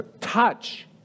Touch